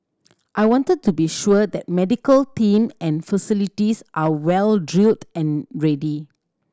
I wanted to be sure that medical team and facilities are well drilled and ready